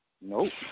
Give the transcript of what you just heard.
Nope